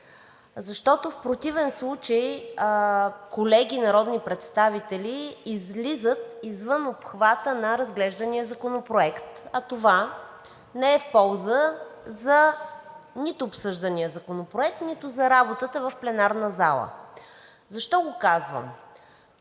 защото в противен случай колеги народни представители излизат извън обхвата на разглеждания законопроект, а това не е в полза нито за обсъждания законопроект, нито за работата в пленарната зала. Защо го казвам?